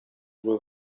due